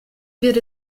wird